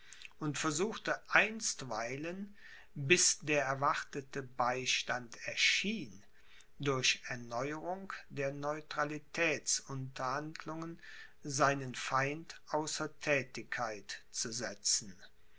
und versuchte einstweilen bis der erwartete beistand erschien durch erneuerung der neutralitätsunterhandlungen seinen feind außer thätigkeit zu setzen